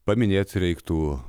paminėt reiktų